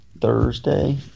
Thursday